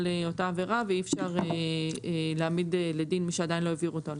אותה עבירה ואי אפשר להעמיד לדין מי שעדיין לא העביר אותה.